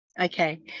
okay